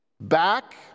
back